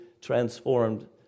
transformed